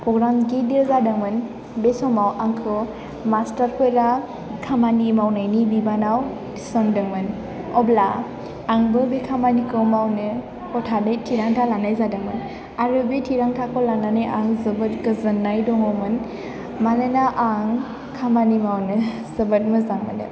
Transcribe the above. programme गिदिर जादोंमोन बे समाव आंखौ मास्टारफोरा खामानि मावनायनि बिबानाव थिसनदोंमोन अब्ला आंबो बे खामानिखौ मावनो हथातयै थिरांथा लानाय जादोंमोन आरो बे थिरांथाखौ लानानै आं जोबोद गोजोन्नाय दङमोन मानोना आं खामानि मावनो जोबोद मोजां मोनो